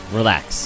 relax